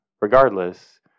Regardless